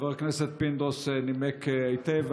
חבר הכנסת פינדרוס נימק היטב,